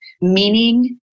meaning